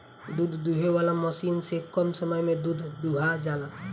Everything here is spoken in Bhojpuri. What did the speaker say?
दूध दूहे वाला मशीन से कम समय में दूध दुहा जाला